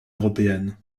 européennes